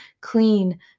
clean